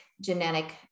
genetic